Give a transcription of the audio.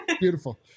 Beautiful